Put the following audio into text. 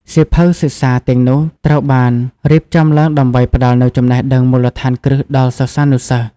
សៀវភៅសិក្សាទាំងនោះត្រូវបានរៀបចំឡើងដើម្បីផ្ដល់នូវចំណេះដឹងមូលដ្ឋានគ្រឹះដល់សិស្សានុសិស្ស។